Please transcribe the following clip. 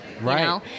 Right